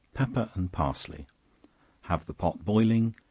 pepper, and parsley have the pot boiling,